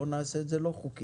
בוא נעשה את זה לא חוקי.